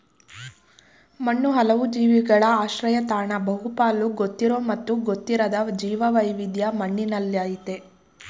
ಮಣ್ಣು ಹಲವು ಜೀವಿಗಳ ಆಶ್ರಯತಾಣ ಬಹುಪಾಲು ಗೊತ್ತಿರೋ ಮತ್ತು ಗೊತ್ತಿರದ ಜೀವವೈವಿಧ್ಯ ಮಣ್ಣಿನಲ್ಲಯ್ತೆ